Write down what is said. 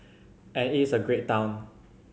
and it's a great town